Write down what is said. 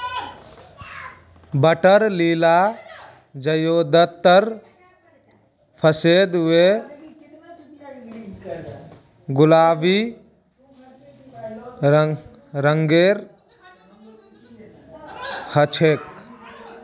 water lily ज्यादातर सफेद या गुलाबी रंगेर हछेक